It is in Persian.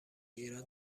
ایران